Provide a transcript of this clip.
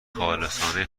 خالصانه